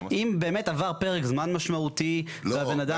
אם במאת עבר פרק זמן משמעותי, והבן אדם,